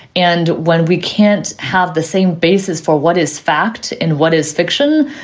and when we can't have the same basis for what is fact and what is fiction,